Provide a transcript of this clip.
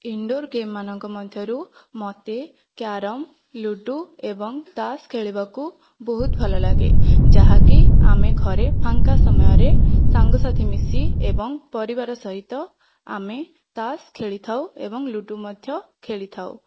indoor ଗେମ୍ମାନଙ୍କ ମଧ୍ୟରୁ ମୋତେ କ୍ୟାରମ ଲୁଡୁ ଏବଂ ତାସ ଖେଳିବାକୁ ବହୁତ ଭଲ ଲାଗେ ଯାହାକି ଆମେ ଘରେ ଫାଙ୍କା ସମୟରେ ସାଙ୍ଗସାଥି ମିଶି ଏବଂ ପରିବାର ସହିତ ଆମେ ତାସ ଖେଳିଥାଉ ଏବଂ ଲୁଡୁ ମଧ୍ୟ ଖେଳିଥାଉ